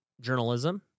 journalism